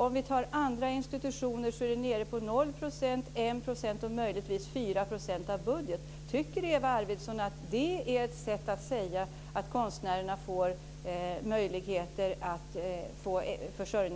Om vi ser på andra institutioner är det nere på 0 %, 1 % och möjligtvis 4 % av budgeten. Tycker Eva Arvidsson att det är ett sätt att ge konstnärerna